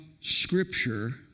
Scripture